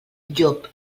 llop